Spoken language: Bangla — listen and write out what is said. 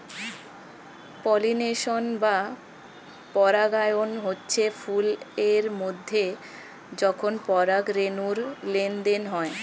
পলিনেশন বা পরাগায়ন হচ্ছে ফুল এর মধ্যে যখন পরাগ রেণুর লেনদেন হয়